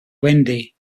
wendy